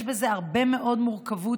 יש בזה הרבה מאוד מורכבות,